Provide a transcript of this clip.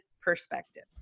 perspective